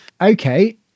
Okay